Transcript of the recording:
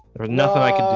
there's nothing i could